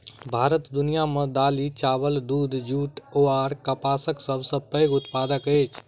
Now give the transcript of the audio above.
भारत दुनिया मे दालि, चाबल, दूध, जूट अऔर कपासक सबसे पैघ उत्पादक अछि